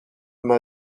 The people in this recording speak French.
m’a